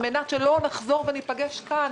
על מנת שלא נחזור וניפגש כאן